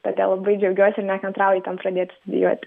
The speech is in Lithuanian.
todėl labai džiaugiuosi nekantrauju ten pradėti studijuoti